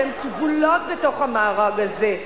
והן כבולות בתוך המארג הזה.